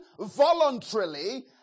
voluntarily